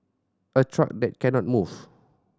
a truck that cannot move